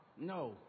no